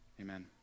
Amen